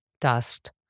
dust